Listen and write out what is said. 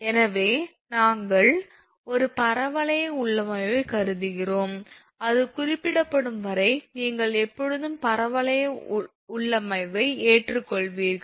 எனவே நாங்கள் ஒரு பரவளைய உள்ளமைவை கருதுகிறோம் அது குறிப்பிடப்படும் வரை நீங்கள் எப்போதும் பரவளைய உள்ளமைவை ஏற்றுக்கொள்வீர்கள்